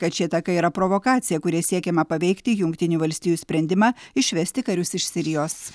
kad ši ataka yra provokacija kuria siekiama paveikti jungtinių valstijų sprendimą išvesti karius iš sirijos